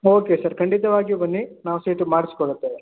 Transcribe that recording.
okay sir ಖಂಡಿತವಾಗಿಯೂ ಬನ್ನಿ ನಾವು ಸೀಟ್ ಮಾಡಿಸಿಕೊಡುತ್ತೇವೆ